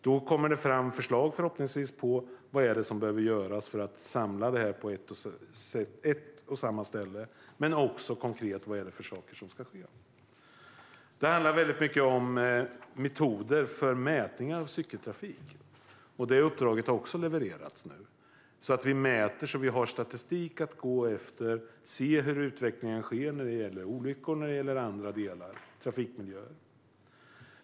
Då kommer det förhoppningsvis fram förslag på vad det är som behöver göras för att samla det här på ett och samma ställe men också konkreta förslag på vad det är för saker som ska ske. Det handlar väldigt mycket om metoder för mätning av cykeltrafik. Även det uppdraget har nu levererats. Om vi mäter och har statistik att gå efter kan vi se hur utvecklingen sker när det gäller olyckor, trafikmiljöer och annat.